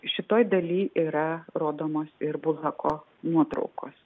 šitoj daly yra rodomos ir buhako nuotraukos